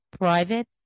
private